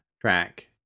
track